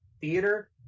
theater